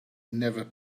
never